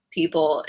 people